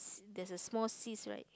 there's a small cyst right